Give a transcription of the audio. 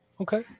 Okay